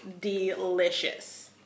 delicious